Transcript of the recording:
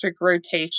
rotation